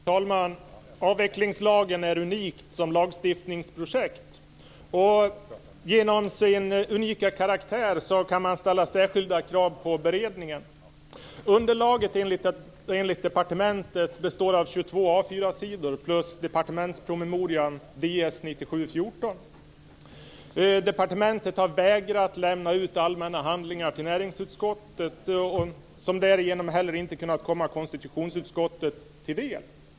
Fru talman! Avvecklingslagen är unik som lagstiftningsprojekt. Genom sin unika karaktär kan man ställa särskilda krav på beredningen. Underlaget enligt departementet består av 22 A4-sidor och departementspromemorian Ds97:14. Departementet har vägrat lämna ut allmänna handlingar till näringsutskottet, som därigenom inte heller har kommit konstitutionsutskottet till del.